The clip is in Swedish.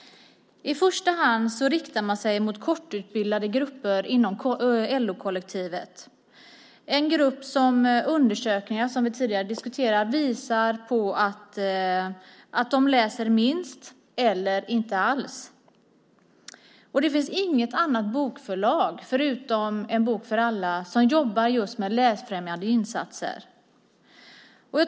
I första hand riktar man sig till kortutbildade grupper inom LO-kollektivet - en grupp som undersökningar visar läser minst eller inte alls. Det har vi diskuterat tidigare. Det finns inget bokförlag utom En bok för alla som jobbar just med läsfrämjande insatser.